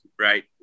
right